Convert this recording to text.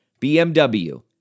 BMW